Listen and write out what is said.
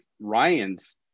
Ryan's